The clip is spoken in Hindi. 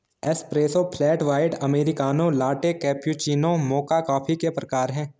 espresso, flat white, americano, latte, cappuccino, mocha coffee के प्रकार हैं